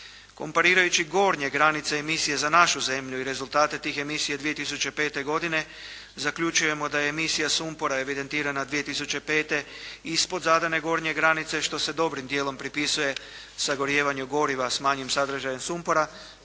Komparirajući gornje granice emisije za našu zemlju i rezultate tih emisija 2005. godine, zaključujemo da je emisija sumpora evidentirana 2005. ispod zadane gornje granice, što se dobrim dijelom pripisuje sagorijevanju goriva s manjim sadržajem sumpora,